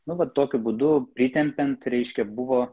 nu vat tokiu būdu pritempiant reiškia buvo